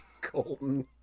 Colton